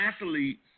athletes